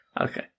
Okay